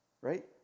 right